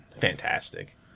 fantastic